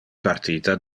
partita